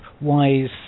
wise